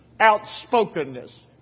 outspokenness